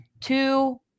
two